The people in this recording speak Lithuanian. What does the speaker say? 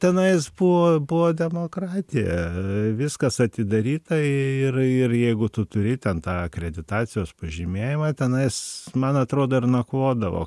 tenais buvo buvo demokratija viskas atidaryta ir ir jeigu tu turi ten tą akreditacijos pažymėjimą tenais man atrodo ir nakvodavo